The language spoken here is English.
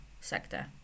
sector